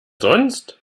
sonst